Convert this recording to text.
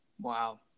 Wow